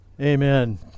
Amen